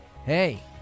hey